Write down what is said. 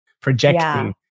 projecting